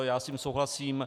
Já s tím souhlasím.